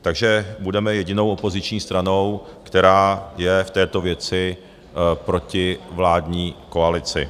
Takže budeme jedinou opoziční stranou, která je v této věci proti vládní koalici.